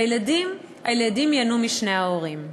והילדים ייהנו משני ההורים.